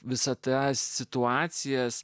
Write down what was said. visą tą situacijas